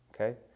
Okay